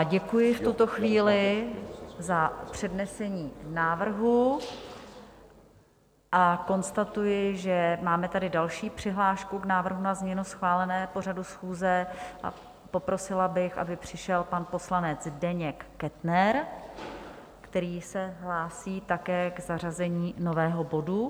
Děkuji v tuto chvíli za přednesení návrhu a konstatuji, že máme tady další přihlášku k návrhu na změnu schváleného pořadu schůze, a poprosila bych, aby přišel pan poslanec Zdeněk Kettner, který se hlásí také k zařazení nového bodu.